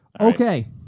okay